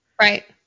Right